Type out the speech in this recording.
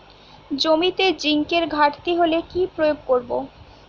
জমিতে জিঙ্কের ঘাটতি হলে কি প্রয়োগ করব?